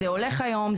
זה הולך היום,